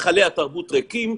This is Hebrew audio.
היכלי התרבות ריקים,